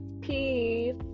peace